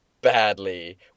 badly